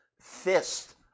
fist